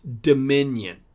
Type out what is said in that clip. dominion